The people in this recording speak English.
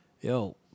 Yo